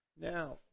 Now